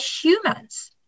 humans